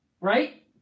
right